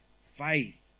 faith